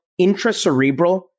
intracerebral